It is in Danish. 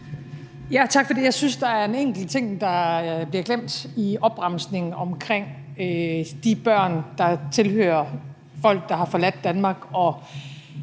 Tak for det. Jeg synes, der er en enkelt ting, der bliver glemt i opremsningen omkring de børn, der tilhører folk, der har forladt Danmark